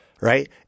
right